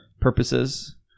purposes